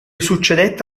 succedette